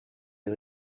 est